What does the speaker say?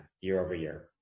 year-over-year